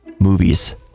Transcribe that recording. movies